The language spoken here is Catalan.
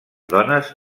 dones